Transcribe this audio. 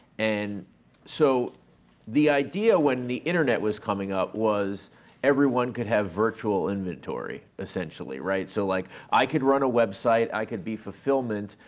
and so the idea when the internet was coming up was everyone could have virtual inventory, essentially, right, so like i could run a website, i could be fulfillment,